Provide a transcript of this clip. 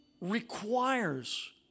requires